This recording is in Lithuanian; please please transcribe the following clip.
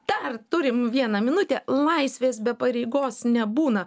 dar turim vieną minutę laisvės be pareigos nebūna